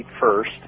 first